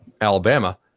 Alabama